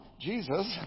Jesus